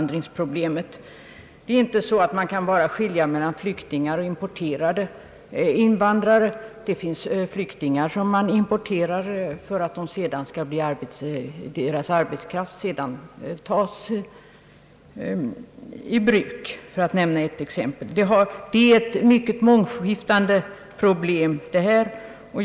Det är inte bara fråga om flyktingar och importerade invandrare; det finns flyktingar som förts hit för att deras arbetskraft sedan skulle kunna tas i bruk, för att nämna ett exempel. Problemet är, som sagt, synnerligen mångskiftande.